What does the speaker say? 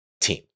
team